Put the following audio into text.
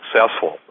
successful